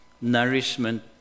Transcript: nourishment